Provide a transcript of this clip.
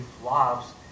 flops